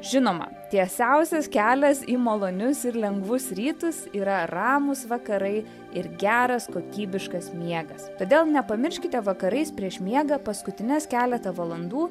žinoma tiesiausias kelias į malonius ir lengvus rytus yra ramūs vakarai ir geras kokybiškas miegas todėl nepamirškite vakarais prieš miegą paskutines keletą valandų